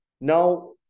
Now